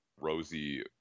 rosy